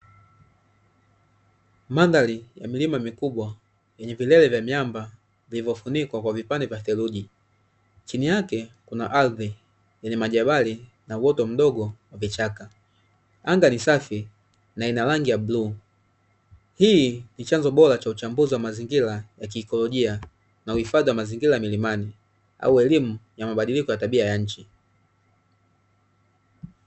Mandhari ya milima mikubwa yenye vilele vya miamba vilivyofunikwa kwa vipande vya theluji. Chini yake kuna ardhi yenye majabali na uoto mdogo wa kichaka. Anga ni safi na ina rangi ya blue. Hii ni chanzo bora cha uchambuzi wa mazingira ya ki ikolojia na uhifadhi wa mazingira milimani au elimu ya mabadiliko ya tabia ya nchi